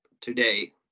today